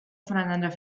voneinander